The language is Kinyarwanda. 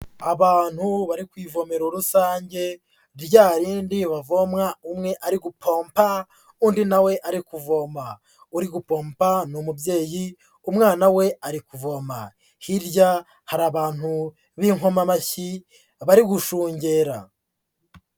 Abantu bari ku ivomero rusange, rya rindi bavoma umwe ari gupompa, undi nawe ari kuvoma. Uri gupompa ni umubyeyi, umwana we ari kuvoma. Hirya hari abantu b'inkomamashyi bari gushungera.